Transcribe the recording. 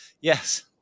Yes